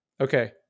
Okay